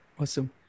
Awesome